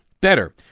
better